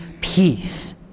peace